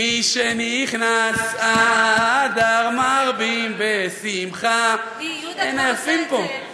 משנכנס אדר מרבין בשמחה, הם עייפים פה,